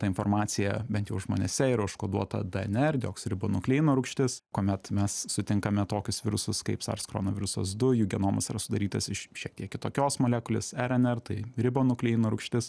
ta informacija bent jau žmonėse yra užkoduota dnr dezoksiribonukleino rūgštis kuomet mes sutinkame tokius virusus kaip sars koronavirusas dujų genomas yra sudarytas iš šiek tiek kitokios molekulės rnr tai ribonukleino rūgštis